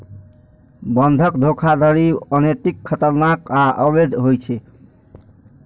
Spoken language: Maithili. बंधक धोखाधड़ी अनैतिक, खतरनाक आ अवैध होइ छै